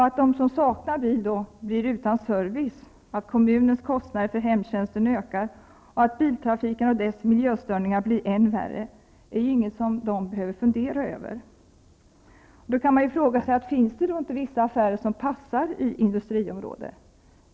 Att de som saknar bil därmed blir utan service, att kommunens kostnader för hemtjänsten ökar och att biltrafiken och dess miljöstörningar blir än värre är inget som de behöver fundera över. Finns det då inte vissa affärer som passar i industriområden?